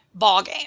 ballgame